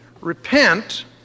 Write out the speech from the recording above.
Repent